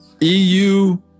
EU